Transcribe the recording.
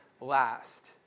last